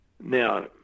now